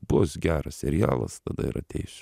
bus geras serialas tada ir ateisiu